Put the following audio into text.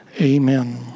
Amen